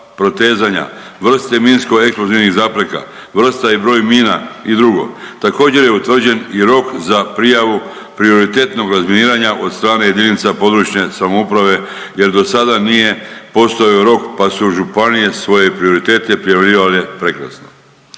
protezanja, vrste minsko-eksplozivnih zapreka, vrsta i broj mina i druga. Također je utvrđen i rok za prijavu prioritetnog razminiranja od strane jedinica područne samouprave jer do sada nije postojao rok pa su županije svoje prioritete prijavljivale prekrasno.